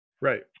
Right